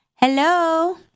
Hello